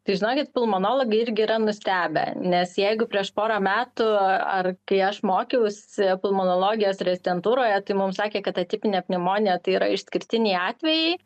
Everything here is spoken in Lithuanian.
tai žinokit pulmonologai irgi yra nustebę nes jeigu prieš porą metų ar kai aš mokiausi pulmonologijos rezidentūroje tai mums sakė kad atipinė pneumonija tai yra išskirtiniai atvejai